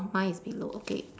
mine is below okay